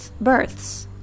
births